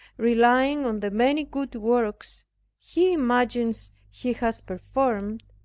relying on the many good works he imagines he has performed,